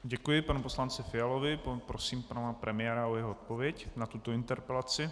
Děkuji panu poslanci Fialovi a prosím pana premiéra o jeho odpověď na tuto interpelaci.